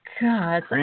god